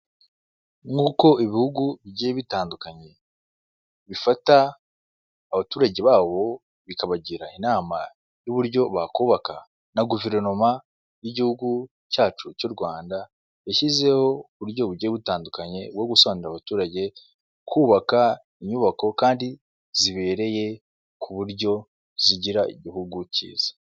Nk'uko ibihugu bigiye bitandukanye, bifata abaturage babo bikabagira inama y'uburyo bakubaka na guverinoma y'igihugu cyacu cy'u Rwanda yashyizeho uburyo bugiye butandukanye bwo gusobanurira abaturage, kubaka inyubako kandi zibereye, ku buryo zigira igihugu cyiza.